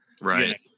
right